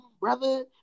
brother